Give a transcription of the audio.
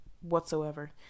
whatsoever